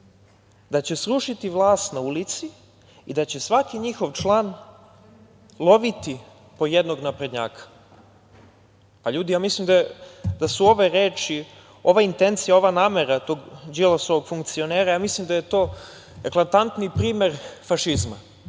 da će srušiti vlast na ulici i da će svaki njihov član loviti po jednog naprednjaka. Ljudi, ja mislim da su ove reči, ove intencije, ova namera tog Đilasovog funkcionera eklatantni primer fašizma.